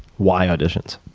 why auditions?